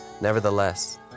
Nevertheless